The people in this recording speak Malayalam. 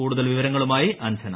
കൂടുതൽ വിവരങ്ങളുമായി അഞ്ജന